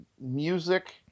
music